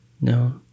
No